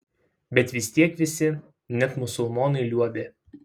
bet vis tiek visi net musulmonai liuobė